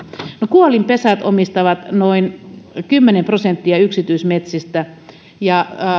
kuolinpesät omistavat noin kymmenen prosenttia yksityismetsistä ja